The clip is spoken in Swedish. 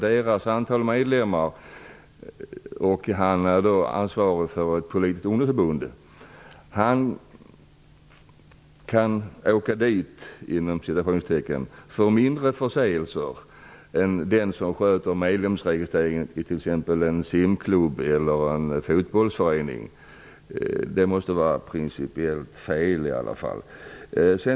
Den inom ett politiskt ungdomsförbund som är ansvarig för redovisningen av antalet medlemmar kan alltså ''åka dit'' för mindre förseelser än den som sköter medlemsregistreringen i t.ex. en simklubb eller en fotbollsförening. Det måste i alla fall vara principiellt fel.